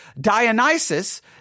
Dionysus